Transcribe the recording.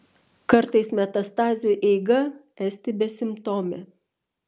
kartais metastazių eiga esti besimptomė